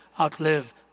outlive